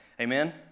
Amen